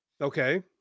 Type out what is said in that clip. Okay